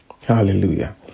Hallelujah